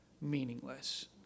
meaningless